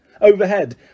Overhead